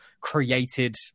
created